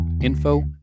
info